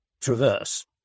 traverse